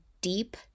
deep